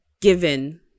given